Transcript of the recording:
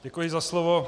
Děkuji za slovo.